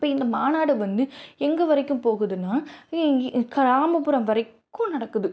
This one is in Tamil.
இப்போ இந்த மாநாடு வந்து எங்கே வரைக்கும் போகுதுனால் கிராமப்புறம் வரைக்கும் நடக்குது